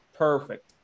perfect